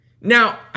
Now